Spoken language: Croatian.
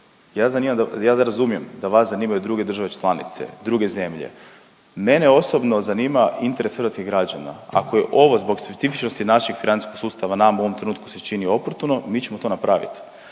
ja razumijem da vas zanimaju druge države članice, druge zemlje, mene osobno zanima interes hrvatskih građana. Ako je ovo zbog specifičnosti našeg financijskog sustava nama u ovom trenutku se čini oportuno mi ćemo to napravit.